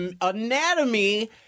anatomy